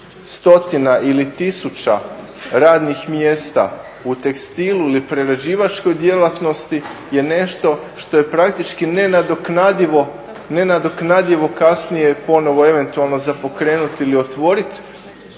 stotina ili tisuća radnih mjesta u tekstilu ili prerađivačkoj djelatnosti je nešto što je praktički nenadoknadivo kasnije ponovo eventualno za pokrenuti ili otvoriti.